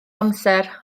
amser